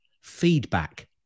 feedback